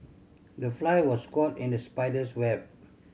the fly was caught in the spider's web